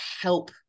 help